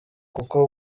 kuko